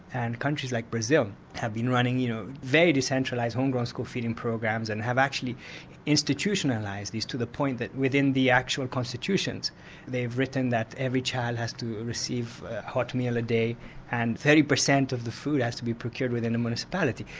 and countries like brazil have been running you know very decentralised home grown school feeding programs and have actually institutionalised these to the point that within the actual constitutions they have written that every child has to receive a hot meal a day and thirty percent of the food has to be procured within the municipality.